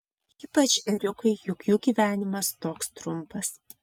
ypač ėriukai juk jų gyvenimas toks trumpas